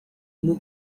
muy